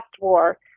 war